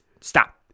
stop